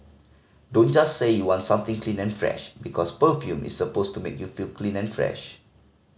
don't just say you want something clean and fresh because perfume is supposed to make you feel clean and fresh